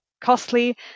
costly